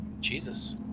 Jesus